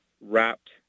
wrapped